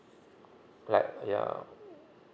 like ya